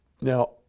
Now